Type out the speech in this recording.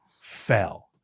fell